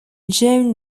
john